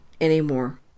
anymore